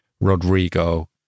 Rodrigo